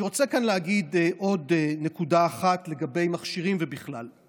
אני רוצה להגיד כאן עוד נקודה אחת לגבי מכשירים ובכלל.